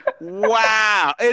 Wow